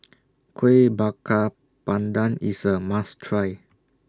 Kuih Bakar Pandan IS A must Try